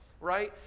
right